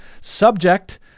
subject